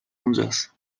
اونجاست